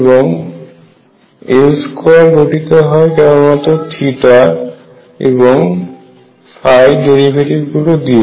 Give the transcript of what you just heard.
এবং L2 গঠীত হয় কেবলমাত্র এবং ডেরিভেটিভ গুলি দিয়ে